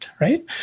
right